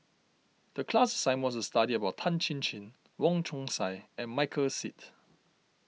the class assignment was to study about Tan Chin Chin Wong Chong Sai and Michael Seet